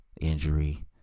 injury